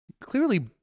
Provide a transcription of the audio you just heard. clearly